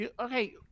Okay